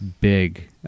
big